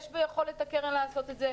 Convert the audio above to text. יש ביכולת הקרן לעשות את זה.